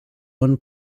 one